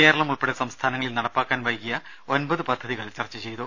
കേരളം ഉൾപ്പെടെ സംസ്ഥാന ങ്ങളിൽ നടപ്പാക്കാൻ വൈകിയ ഒമ്പത് പദ്ധതിക്കൾ ചർച്ച ചെയ്തു